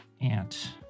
aunt